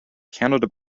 canada